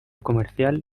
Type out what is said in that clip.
comercial